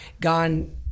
gone